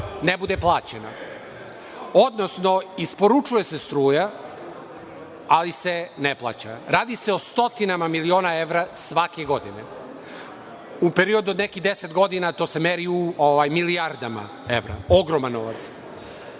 ne bude plaćena, odnosno isporučuje se struja, ali se ne plaća. Radi se o stotinama miliona evra svake godine. U periodu od nekih 10 godina, to se meri u milijardama evra, ogroman